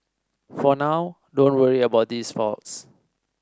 for now don't worry about these faults